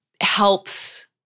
helps